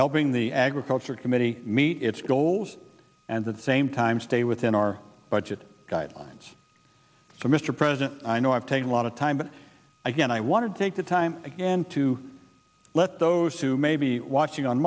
helping the agriculture committee meet its goals and at the same time stay within our budget guidelines so mr president i know i've taken a lot of time but again i want to take the time again to let those who may be watching